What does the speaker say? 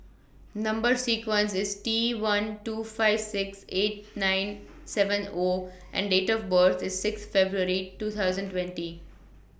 Number sequence IS T one two five six eight nine seven O and Date of birth IS six February two thousand twenty